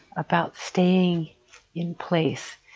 about staying in place.